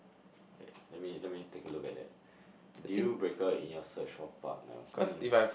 let me let me take a look at that deal breaker in your search for a partner hmm